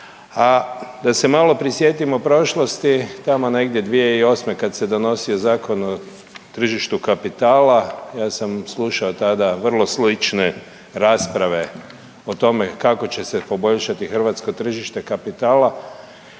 da se malo prisjetimo prošlosti tamo negdje 2008. kad se donosio Zakon o tržištu kapitala ja sam slušao tada vrlo slične rasprave o tome kako će se poboljšati hrvatsko tržište kapitala